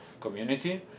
community